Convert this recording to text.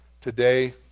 Today